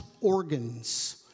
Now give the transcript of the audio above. organs